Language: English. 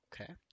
Okay